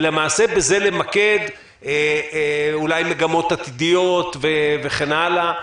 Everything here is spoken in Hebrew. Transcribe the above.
ולמעשה בזה למקד אולי מגמות עתידיות וכן הלאה.